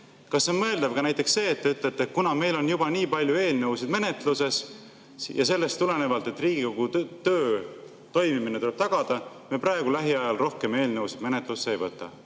kas on mõeldav ka näiteks see, et te ütlete, et kuna meil on juba nii palju eelnõusid menetluses ja sellest tulenevalt, et Riigikogu töö toimimine tuleb tagada, siis me lähiajal rohkem eelnõusid menetlusse ei võta.